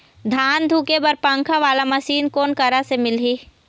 धान धुके बर पंखा वाला मशीन कोन करा से मिलही?